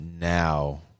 now